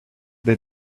they